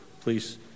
please